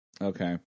okay